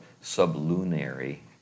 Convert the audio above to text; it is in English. sublunary